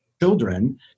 children